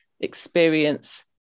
experience